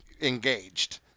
engaged